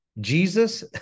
Jesus